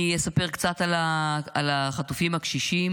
אני אספר קצת על החטופים הקשישים.